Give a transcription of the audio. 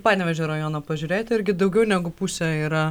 panevėžio rajono pažiūrėti irgi daugiau negu pusė yra